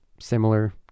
Similar